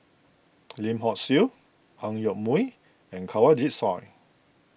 Lim Hock Siew Ang Yoke Mooi and Kanwaljit Soin